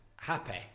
happy